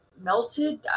melted